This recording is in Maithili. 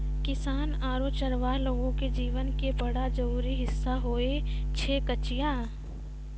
किसान आरो चरवाहा लोगो के जीवन के बड़ा जरूरी हिस्सा होय छै कचिया